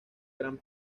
gran